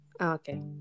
Okay